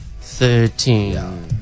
Thirteen